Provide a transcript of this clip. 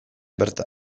bertan